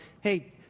Hey